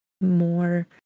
more